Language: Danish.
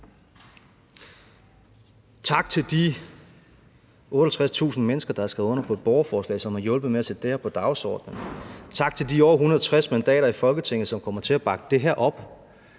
Tak til de 68.000 mennesker, der har skrevet under på et borgerforslag, som har hjulpet med at sætte det her på dagsordenen. Tak til de over 160 mandater i Folketinget, som kommer til at bakke det her op.